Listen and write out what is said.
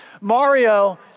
Mario